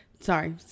Sorry